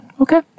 Okay